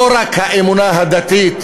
זה לא רק האמונה הדתית,